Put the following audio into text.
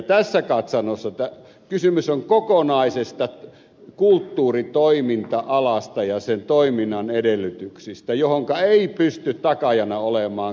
tässä katsannossa kysymys on kokonaisesta kulttuuritoiminta alasta ja sen toiminnan edellytyksistä mihinkä ei pysty takaajana olemaan kaupallinen puoli